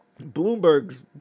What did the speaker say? Bloomberg's